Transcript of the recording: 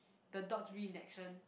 the dots reenaction